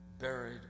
buried